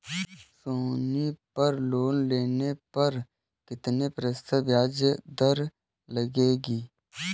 सोनी पर लोन लेने पर कितने प्रतिशत ब्याज दर लगेगी?